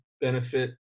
benefit